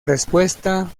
respuesta